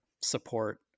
support